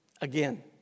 again